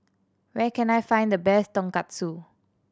where can I find the best Tonkatsu